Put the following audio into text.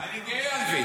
-- אני גאה על זה.